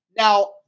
Now